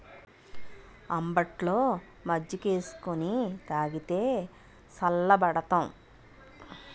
అంబట్లో మజ్జికేసుకొని తాగితే సల్లబడతాం